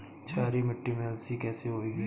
क्षारीय मिट्टी में अलसी कैसे होगी?